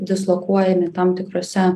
dislokuojami tam tikrose